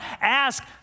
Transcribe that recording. Ask